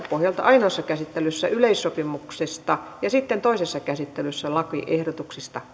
pohjalta ainoassa käsittelyssä yleissopimuksesta ja sitten toisessa käsittelyssä lakiehdotuksista